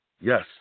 Yes